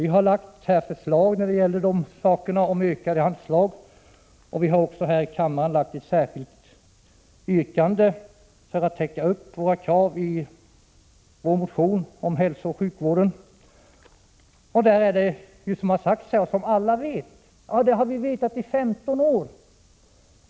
Vi har lagt fram förslag om ökade anslag, och vi har också här i kammaren framställt ett särskilt yrkande för att täcka kraven i vår motion om hälsooch sjukvården. Bristerna på sjukvårdsområdet känner vi alla till, och det har vi gjort i 15 år.